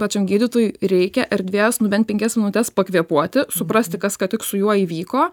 pačiam gydytojui reikia erdvės nu bent penkias minutes pakvėpuoti suprasti kas ką tik su juo įvyko